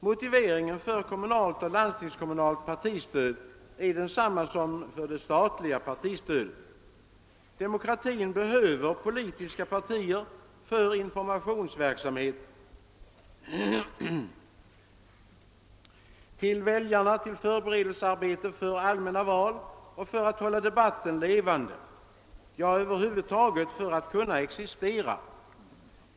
Motiveringen för kommunalt och landstingskommunalt partistöd är densamma som för det statliga partistödet. Demokratin behöver politiska partier för information till väljarna, till förberedelsearbete för allmänna val, för att hålla debatten levande — ja, över huvud taget för att kunna existera.